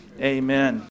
Amen